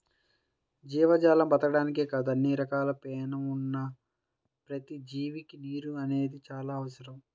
జీవజాలం బతకడానికే కాదు అన్ని రకాలుగా పేణం ఉన్న ప్రతి జీవికి నీరు అనేది చానా అవసరం